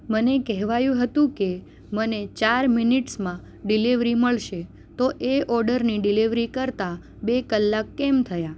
મને કહેવાયું હતું કે મને ચાર મિનીટ્સમાં ડિલિવરી મળશે તો એ ઓર્ડરની ડિલિવરી કરતા બે કલાક કેમ થયા